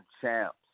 champs